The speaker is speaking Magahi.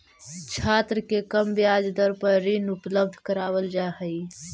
छात्र के कम ब्याज दर पर ऋण उपलब्ध करावल जा हई